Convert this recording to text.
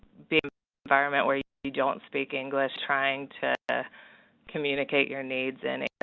the environment where you you don't speak english, trying to communicate your needs, and